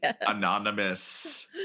anonymous